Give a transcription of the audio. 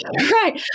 Right